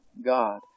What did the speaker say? God